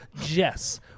jess